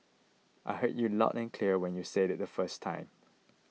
I heard you loud and clear when you said it the first time